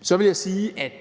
Så vil jeg sige, at